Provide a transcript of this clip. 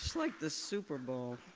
like the super bowls